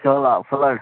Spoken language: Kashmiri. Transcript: چلاو فٕلڈ